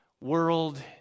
world